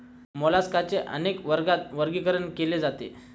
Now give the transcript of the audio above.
मोलास्काचे अनेक वर्गात वर्गीकरण केले जाते